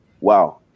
Wow